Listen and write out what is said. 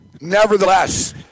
Nevertheless